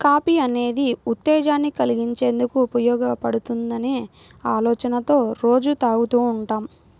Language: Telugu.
కాఫీ అనేది ఉత్తేజాన్ని కల్గించేందుకు ఉపయోగపడుతుందనే ఆలోచనతో రోజూ తాగుతూ ఉంటాం